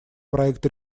проекты